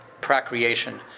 procreation